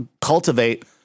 cultivate